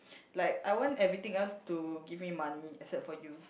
like I want everything else to give me money except for you